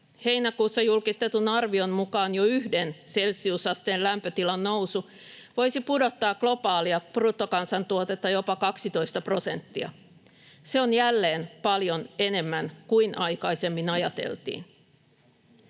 Heinäkuussa julkistetun arvion mukaan jo yhden celsiusasteen lämpötilan nousu voisi pudottaa globaalia bruttokansantuotetta jopa 12 prosenttia. Se on jälleen paljon enemmän kuin aikaisemmin ajateltiin.